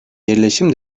yerleşim